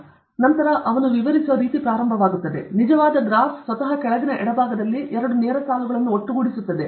ಜನರು ಅನೇಕ ಬಾರಿ ತಿಳಿದಿದ್ದಾರೆ ನಂತರ ಅವರು ವಿವರಿಸುವ ರೀತಿ ಪ್ರಾರಂಭವಾಗುತ್ತದೆ ಇದು ಕೊನೆಯಲ್ಲಿ ಹೆಚ್ಚಿನ ಬಿಟ್ ಮತ್ತು ಸಾಕಷ್ಟು ಫ್ಲಾಟ್ ನೇರ ಬಿಟ್ ಕಡೆಗೆ ಕಲಾತ್ಮಕವಾಗಿ ಸಂತೋಷದ ಇಳಿಜಾರು ವಕ್ರಾಕೃತಿಗಳು